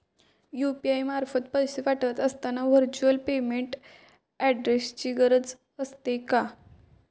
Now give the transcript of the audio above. UPI मार्फत पैसे पाठवत असताना व्हर्च्युअल पेमेंट ऍड्रेसची गरज असते का?